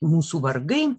mūsų vargai